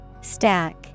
Stack